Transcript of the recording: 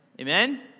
Amen